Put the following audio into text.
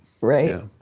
Right